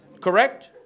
Correct